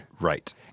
Right